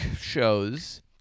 Shows